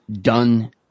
done